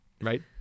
right